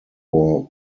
war